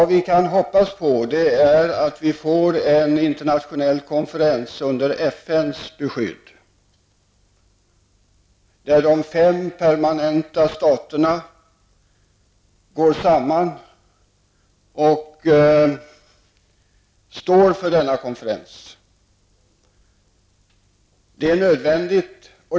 Det vi kan hoppas på är att vi får en internationell konferens under FNs beskydd, och att de fem permanenta staterna i FNs säkerhetsråd går samman och står för denna konferens. Detta är nödvändigt.